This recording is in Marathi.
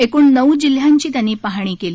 एकूण नऊ जिल्ह्यांची त्यांनी पाहणी केली